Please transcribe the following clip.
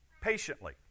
Patiently